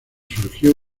surgió